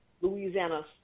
Louisiana